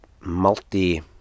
multi